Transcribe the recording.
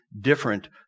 different